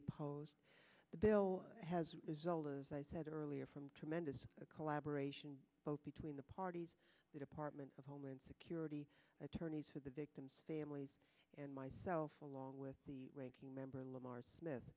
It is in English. opposed the bill has resulted i said earlier from tremendous collaboration both between the parties the department of homeland security attorneys for the victims families and myself along with the ranking member lamar smith